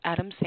Adam